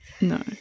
No